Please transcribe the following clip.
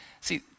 See